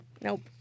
nope